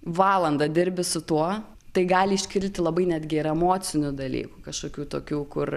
valandą dirbi su tuo tai gali iškilti labai netgi ir emocinių dalykų kažkokių tokių kur